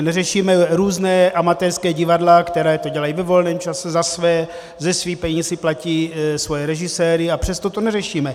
Neřešíme různá amatérská divadla, která to dělají ve volném čase, za své, ze svých peněz si platí svoje režiséry, a přesto to neřešíme.